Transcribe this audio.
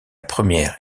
première